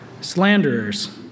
slanderers